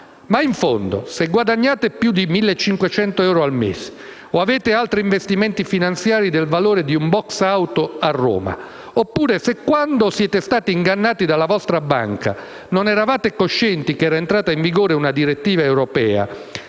ma in fondo se guadagnate più di 1.500 euro al mese o avete altri investimenti finanziari del valore di un *box* auto a Roma, oppure se quando siete stati ingannati dalla vostra banca non eravate coscienti che era entrata in vigore una direttiva europea,